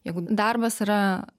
jeigu darbas yra